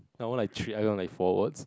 I won like three like four awards